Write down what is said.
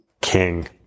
king